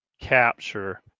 capture